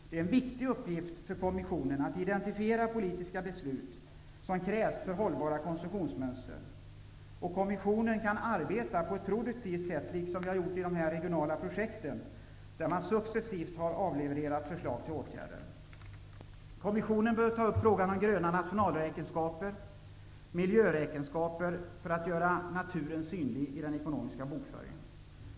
Det är en viktig uppgift för kommissionen att identifiera de politiska beslut som krävs för hållbara konsumtionsmönster. Kommissionen kan arbeta på ett produktivt sätt, liksom vi har gjort i de regionala projekten, där man successivt har avlevererat förslag till åtgärder. Kommissionen bör ta upp frågan om gröna nationalräkenskaper, miljöräkenskaper för att göra naturen synlig i den ekonomiska bokföringen.